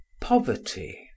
Poverty